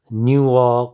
New York